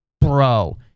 bro